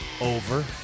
over